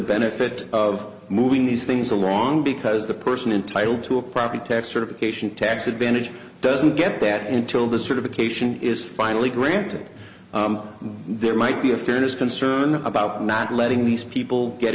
benefit of moving these things along because the person entitled to a property tax certification tax advantage doesn't get that until the certification is finally granted there might be a fairness concern about not letting these people get